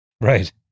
right